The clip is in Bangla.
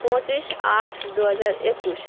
পঁচিশ আট দু হাজার একুশ